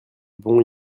bon